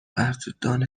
قدردان